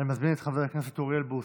אני מזמין את חבר הכנסת אוריאל בוסו,